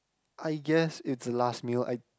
I guess it's the last meal I